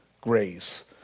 grace